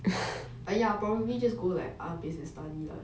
but ya probably just go like other place and study lah